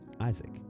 Isaac